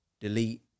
delete